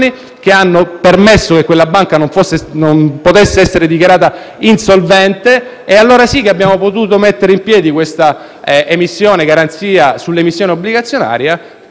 che hanno permesso che quella banca non fosse dichiarata insolvente. Allora sì che abbiamo potuto mettere in piedi questa garanzia sull'emissione obbligazionaria,